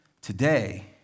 today